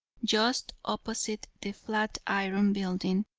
just opposite the flatiron building,